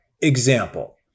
example